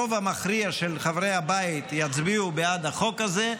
הרוב המכריע של חברי הבית יצביעו בעד החוק הזה,